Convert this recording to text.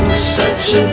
such